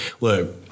Look